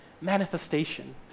manifestation